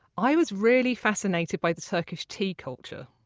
i was really fascinated by the turkish tea culture.